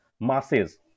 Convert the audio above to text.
masses